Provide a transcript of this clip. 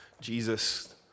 Jesus